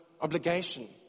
obligation